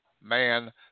man